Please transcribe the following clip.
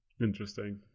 Interesting